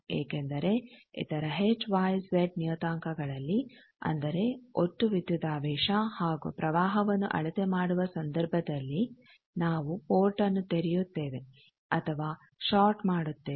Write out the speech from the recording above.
ಏಕೆಂದರೆ ಇತರ H Y Z ನಿಯತಾಂಕಗಳಲ್ಲಿ ಅಂದರೆ ಒಟ್ಟು ವಿದ್ಯುದಾವೇಶ ಹಾಗೂ ಪ್ರವಾಹವನ್ನು ಅಳತೆಮಾಡುವ ಸಂದರ್ಭದಲ್ಲಿ ನಾವು ಪೋರ್ಟ್ನ್ನು ತೆರೆಯುತ್ತೇವೆ ಅಥವಾ ಷಾರ್ಟ್ ಮಾಡುತ್ತೇವೆ